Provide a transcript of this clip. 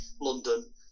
London